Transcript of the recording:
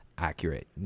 accurate